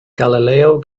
galileo